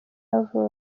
yavutse